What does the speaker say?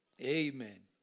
Amen